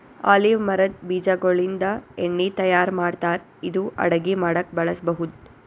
olive ಮರದ್ ಬೀಜಾಗೋಳಿಂದ ಎಣ್ಣಿ ತಯಾರ್ ಮಾಡ್ತಾರ್ ಇದು ಅಡಗಿ ಮಾಡಕ್ಕ್ ಬಳಸ್ಬಹುದ್